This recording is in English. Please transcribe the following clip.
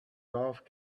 golf